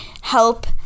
help